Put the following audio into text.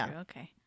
okay